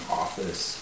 office